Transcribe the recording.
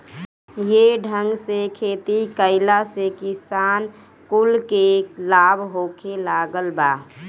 ये ढंग से खेती कइला से किसान कुल के लाभ होखे लागल बा